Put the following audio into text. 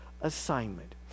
assignment